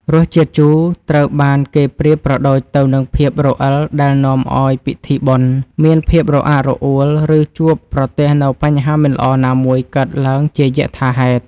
រសជាតិជូរត្រូវបានគេប្រៀបប្រដូចទៅនឹងភាពរអិលដែលនាំឱ្យពិធីបុណ្យមានភាពរអាក់រអួល ឬ ជួបប្រទះនូវបញ្ហាមិនល្អណាមួយកើតឡើងជាយថាហេតុ។